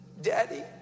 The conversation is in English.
Daddy